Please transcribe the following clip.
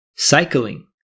Cycling